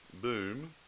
Boom